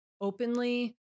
openly